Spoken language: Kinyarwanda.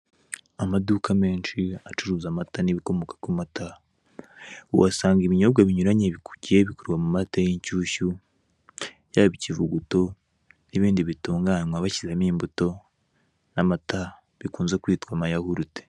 Amaduka menshi acuruza amata nibikomoka kumata uhasanga ibinyobwa binyuranye bigiye bikorwa mumata yinshyushyu yaba ikivuguto nibindi bitungankwa bashyizemo imbuto n'amata bikunze kwitwa ama yahurute.